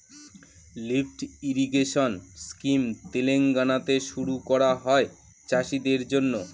lift irrigation scheme তেলেঙ্গানাতে শুরু করা হয় চাষীদের জন্য